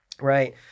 right